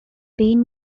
been